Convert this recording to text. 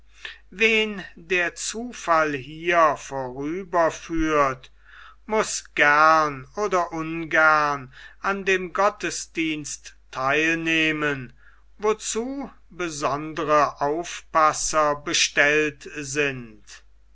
wen der zufall hier vorüberführt muß gern oder ungern an dem gottesdienst theil nehmen wozu besondere aufpasser bestellt sind